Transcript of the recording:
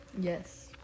Yes